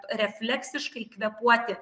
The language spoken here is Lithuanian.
refleksiškai kvėpuoti